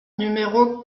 numéro